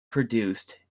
produced